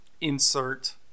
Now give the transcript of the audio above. insert